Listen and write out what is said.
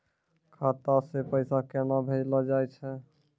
खाता से पैसा केना भेजलो जाय छै?